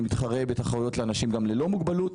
מתחרה גם בתחרויות לאנשים ללא מוגבלות,